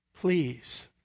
Please